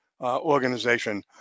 organization